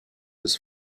his